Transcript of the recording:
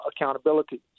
accountability